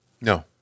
No